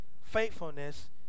faithfulness